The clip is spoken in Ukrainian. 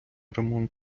ремонт